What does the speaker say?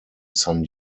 san